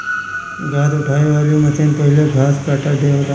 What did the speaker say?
घास उठावे वाली मशीन पहिले घास काट देवेला